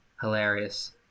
hilarious